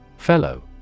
Fellow